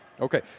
Okay